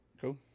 Cool